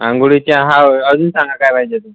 अंघोळी चहा अजून सांगा काय पाहिजे ते